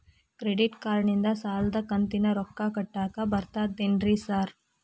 Credit ಕಾರ್ಡನಿಂದ ಸಾಲದ ಕಂತಿನ ರೊಕ್ಕಾ ಕಟ್ಟಾಕ್ ಬರ್ತಾದೇನ್ರಿ ಸಾರ್?